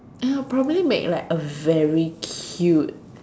I'll probably make like a very cute